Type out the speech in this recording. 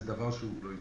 זה דבר שהוא לא ייתכן.